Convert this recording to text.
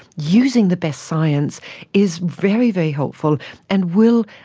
using the best science is very, very helpful and will,